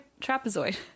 Trapezoid